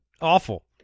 awful